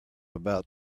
about